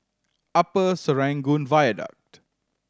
Upper Serangoon Viaduct